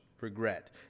regret